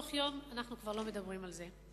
ותוך יום אנחנו כבר לא מדברים על זה.